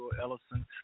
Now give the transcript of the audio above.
ellison